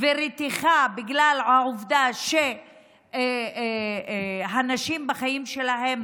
ורתיחה בגלל העובדה שהאנשים בחיים שלהם